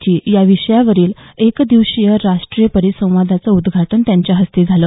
ची या विषयावरील एकदिवसीय राष्ट्रीय परिसंवादाचं उद्घाटन त्यांच्या हस्ते झालं